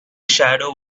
shadow